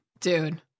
Dude